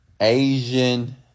Asian